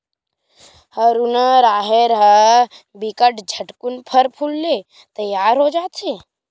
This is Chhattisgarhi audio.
हरूना राहेर ह बिकट झटकुन फर फूल के तियार हो जथे